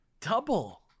Double